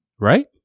right